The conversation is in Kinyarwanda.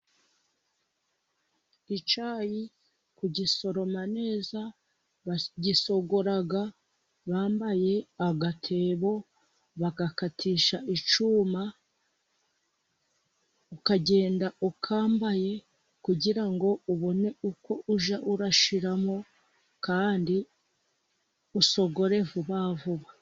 Icyayi kugisoroma neza bagisogora bambaye agatebo, bagakatisha icyuma, ukagenda ukambaye kugira ngo ubone uko ujya ushyiramo kandi usogore vuba vuba.